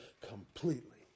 completely